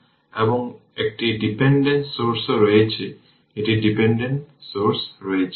এবং একটি ডিপেন্ডেন্ট সোর্সও রয়েছে একটি ডিপেন্ডেন্ট সোর্স রয়েছে